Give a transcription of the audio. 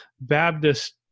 Baptist